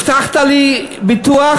הבטחת לי ביטוח,